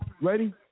Ready